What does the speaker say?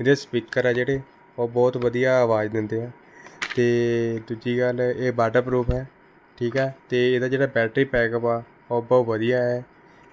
ਇਹਦੇ ਸਪੀਕਰ ਆ ਜਿਹੜੇ ਉਹ ਬਹੁਤ ਵਧੀਆ ਅਵਾਜ਼ ਦਿੰਦੇ ਆ ਅਤੇ ਦੂਜੀ ਗੱਲ ਹੈ ਇਹ ਵਾਟਰ ਪਰੂਫ ਹੈ ਠੀਕ ਹੈ ਅਤੇ ਇਹਦਾ ਜਿਹੜਾ ਬੈਟਰੀ ਬੈਕਅੱਪ ਆ ਉਹ ਬਹੁਤ ਵਧਿਆ ਹੈ